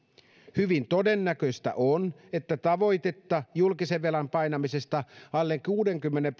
hyvin todennäköistä on että tavoitetta julkisen velan painamisesta alle kuuteenkymmeneen